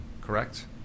correct